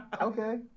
okay